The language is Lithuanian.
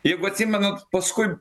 jeigu atsimenat paskui